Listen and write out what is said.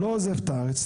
לא עוזב את הארץ.